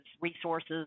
resources